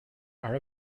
are